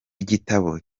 igitabo